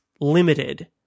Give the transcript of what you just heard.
limited